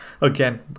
Again